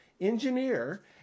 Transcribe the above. engineer